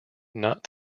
not